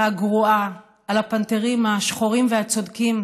הגרועה על הפנתרים השחורים והצודקים,